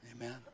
Amen